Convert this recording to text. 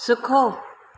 सिखो